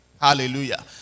Hallelujah